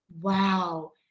wow